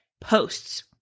posts